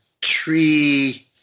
tree